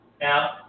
Now